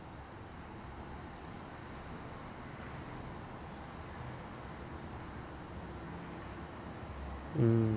mm